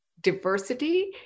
diversity